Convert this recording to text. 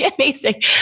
Amazing